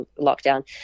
lockdown